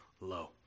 low